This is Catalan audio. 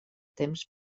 temps